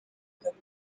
kagame